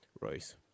Royce